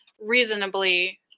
reasonably